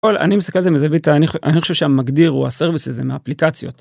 אני מסתכל על זה מזווית אני חושב שהמגדיר הוא הסרוויס הזה מאפליקציות.